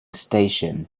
station